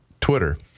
Twitter